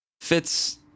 Fitz